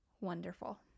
wonderful